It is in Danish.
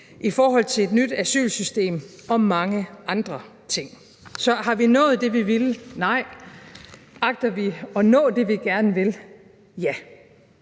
i forhold til et nyt asylsystem og mange andre ting. Har vi nået det, vi ville? Nej. Agter vi at nå det, vi gerne vil? Ja.